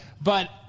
But-